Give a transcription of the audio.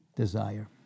Desire